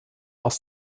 aus